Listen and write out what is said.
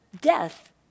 death